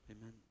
Amen